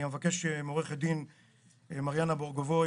אני אבקש מעוה"ד מריאנה ברגובוי,